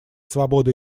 свободы